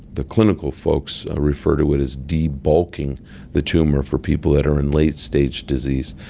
the clinical folks refer to it as debulking the tumour for people that are in late stage disease,